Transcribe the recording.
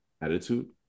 attitude